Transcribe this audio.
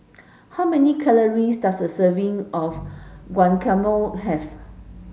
how many calories does a serving of Guacamole have